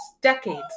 decades